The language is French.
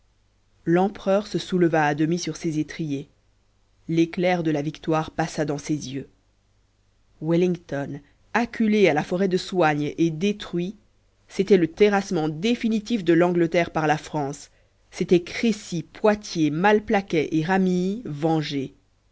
l'empereur se souleva à demi sur ses étriers l'éclair de la victoire passa dans ses yeux wellington acculé à la forêt de soignes et détruit c'était le terrassement définitif de l'angleterre par la france c'était crécy poitiers malplaquet et ramillies vengés